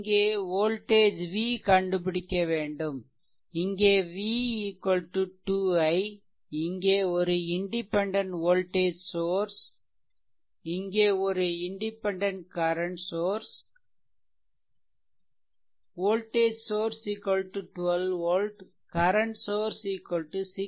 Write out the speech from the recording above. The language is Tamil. இங்கே வோல்டேஜ் v கண்டுபிடிக்க வேண்டும் இங்கே v 2i இங்கே ஒரு இண்டிபெண்டென்ட் வோல்டேஜ் சோர்ஸ் இங்கே ஒரு independent current source voltage source volt current source 6 ampere